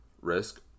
risk